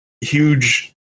huge